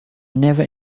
never